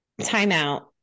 timeout